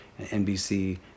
NBC